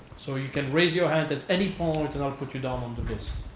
so you can raise your hand at any point and i'll put you down on